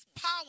power